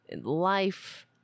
life